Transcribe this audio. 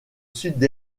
sud